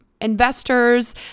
investors